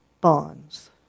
bonds